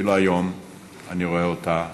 ואילו היום אני רואה אותה חזקה,